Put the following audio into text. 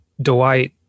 Dwight